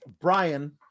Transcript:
Brian